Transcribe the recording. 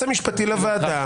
ליועץ המשפטי לוועדה.